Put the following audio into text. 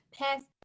past